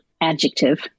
adjective